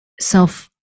self